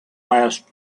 last